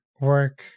work